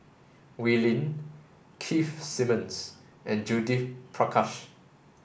Wee Lin Keith Simmons and Judith Prakash